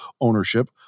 ownership